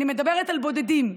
אני מדברת על בודדים,